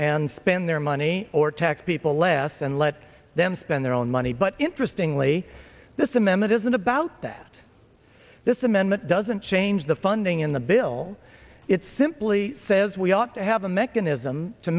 and spend their money or tax people less and let them spend their own money but interestingly this m m it isn't about that this amendment doesn't change the funding in the bill it simply says we ought to have a mechanism to